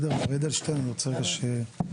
מר אדלשטיין אני רוצה שנתכנס.